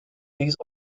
these